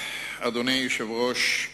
אדוני היושב-ראש,